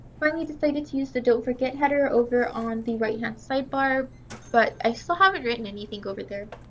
finally decided to use the don't forget header over on the right-hand sidebar but i still haven't written anything over there.